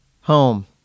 Home